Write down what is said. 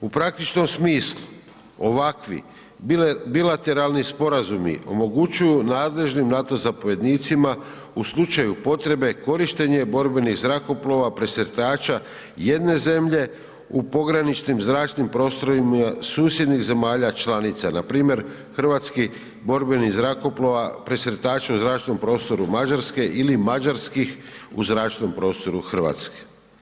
U praktičnom smislu ovakvi bilateralni sporazumi omogućuju nadležnim NATO zapovjednicima u slučaju potrebe korištenje borbenih zrakoplova presretača jedne zemlje u pograničnim zračnim prostorima susjednih zemlja članica npr. hrvatskih borbenih zrakoplova presretača u zračnom prostoru Mađarske ili Mađarskih u zračnom prostoru Hrvatske.